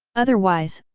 otherwise,